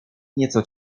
nieco